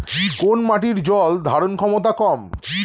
কোন মাটির জল ধারণ ক্ষমতা কম?